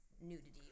nudity